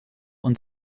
und